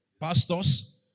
Pastors